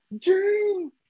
Dream